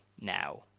now